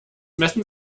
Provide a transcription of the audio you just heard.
messen